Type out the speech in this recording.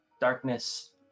darkness